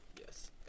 Yes